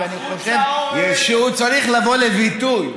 ואני חושב שהוא צריך לבוא לידי ביטוי,